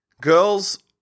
Girls